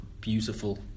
beautiful